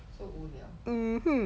so 无聊